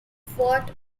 fort